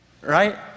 right